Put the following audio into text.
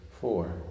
four